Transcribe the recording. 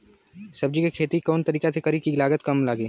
सब्जी के खेती कवना तरीका से करी की लागत काम लगे?